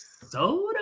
Soda